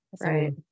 Right